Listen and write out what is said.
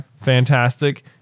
Fantastic